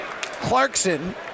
Clarkson